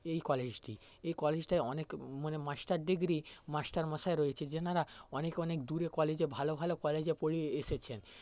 এই কলেজটি এই কলেজটায় অনেক মানে মাস্টার ডিগ্রী মাস্টারমশাই রয়েছে যেনারা অনেক অনেক দূরে কলেজে ভালো ভালো কলেজে পড়িয়ে এসেছেন